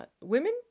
women